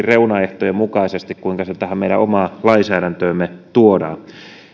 reunaehtojen mukaisesti siinä kuinka se tähän meidän omaan lainsäädäntöömme tuodaan